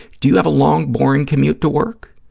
do you have a long, boring commute to work?